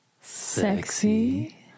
Sexy